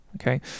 Okay